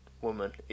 woman